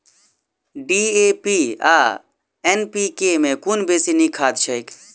DAP आ NPK मे कुन बेसी नीक खाद छैक?